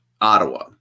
Ottawa